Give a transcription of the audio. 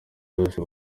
yose